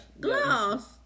Gloss